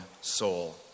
soul